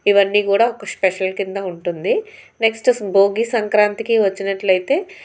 ఇవన్నీ కూడా ఒక స్పెషల్ కింద ఉంటుంది నెక్స్ట్ భోగి సంక్రాంతికి వచ్చినట్లయితే